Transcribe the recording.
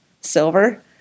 Silver